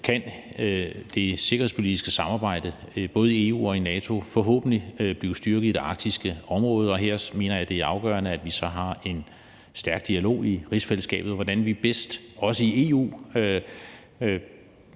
kan det sikkerhedspolitiske samarbejde både i EU og i NATO forhåbentlig blive styrket i det arktiske område. Her mener jeg, det er afgørende, at vi har en stærk dialog i rigsfællesskabet om, hvordan vi bedst, også i EU,